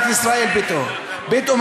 בינתיים,